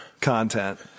content